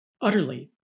utterly